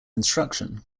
instruction